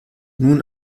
nun